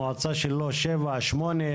המועצה שלו היא 7 ו-8,